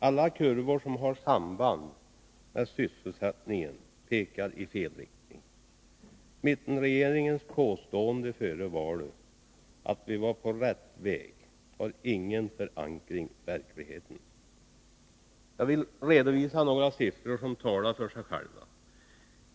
Alla kurvor som har samband med sysselsättningen pekar i fel riktning. Mittenregeringens påstående före valet — att vi var på rätt väg — har ingen förankring i verkligheten. Jag vill redovisa några siffror som talar för sig själva.